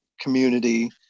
community